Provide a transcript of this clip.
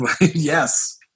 Yes